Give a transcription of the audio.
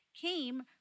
came